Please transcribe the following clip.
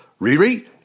Riri